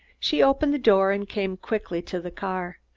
she opened the door and came quickly to the car.